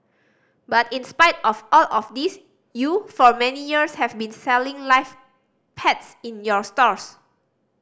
but in spite of all of this you for many years have been selling live pets in your stores